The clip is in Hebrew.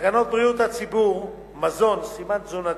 בתקנות בריאות הציבור (מזון) (סימון תזונתי),